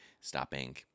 stopping